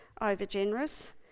over-generous